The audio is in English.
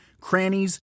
crannies